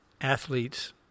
athletes